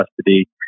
custody